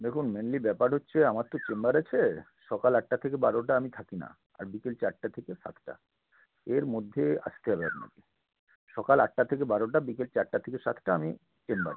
দেখুন মেইনলি ব্যাপার হচ্ছে আমার তো চেম্বার আছে সকাল আটটা থেকে বারোটা আমি থাকি না আর বিকেল চারটে থেকে সাতটা এর মধ্যে আসতে হবে আপনাকে সকাল আটটা থেকে বারোটা বিকেল চারটে থেকে সাতটা আমি চেম্বারে